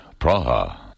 Praha